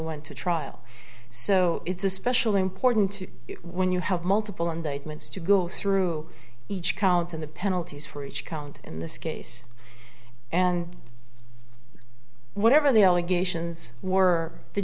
went to trial so it's especially important to when you have multiple indictments to go through each count in the penalties for each count in this case and whatever the allegations were the